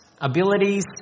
abilities